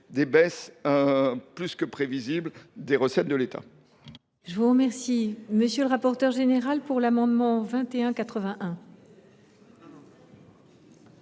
ces baisses plus que prévisibles des recettes de l’État.